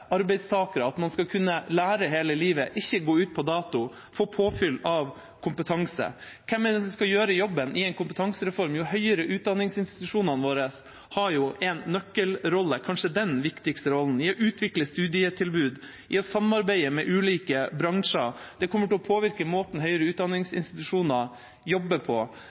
arbeidstakere, at man skal kunne lære hele livet, ikke gå ut på dato, få påfyll av kompetanse. Hvem er det som skal gjøre jobben i en kompetansereform? De høyere utdanningsinstitusjonene våre har en nøkkelrolle, kanskje den viktigste rollen, i å utvikle studietilbud, i å samarbeide med ulike bransjer. Det kommer til å påvirke måten høyere utdanningsinstitusjoner jobber på,